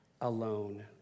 alone